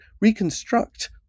reconstruct